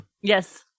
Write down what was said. yes